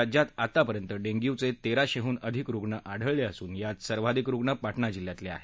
राज्यात आत्तापर्यंत डेंग्युचे तेराशेहून अधिक रुग्ण आढळले असून यात सर्वाधिक रुग्ण पाटणा जिल्ह्यातले आहेत